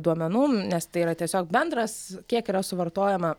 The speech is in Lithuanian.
duomenų nes tai yra tiesiog bendras kiek yra suvartojama